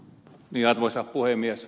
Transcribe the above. arvoisa puhemies